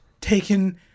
taken